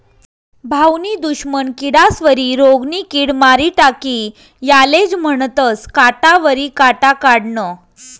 भाऊनी दुश्मन किडास्वरी रोगनी किड मारी टाकी यालेज म्हनतंस काटावरी काटा काढनं